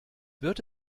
wird